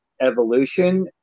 evolution